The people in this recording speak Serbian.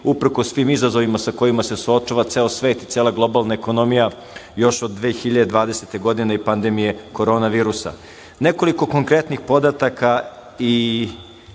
uprkos tim izazovima se suočava ceo svet, cela globalna ekonomija, još od 2020. godine i pandemije korona virusa. Nekoliko konkretnih podataka i